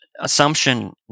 assumption